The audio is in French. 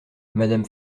madame